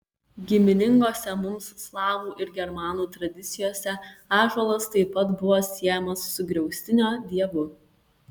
giminingose mums slavų ir germanų tradicijose ąžuolas taip pat buvo siejamas su griaustinio dievu